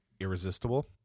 Irresistible